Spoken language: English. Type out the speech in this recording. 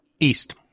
East